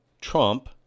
Trump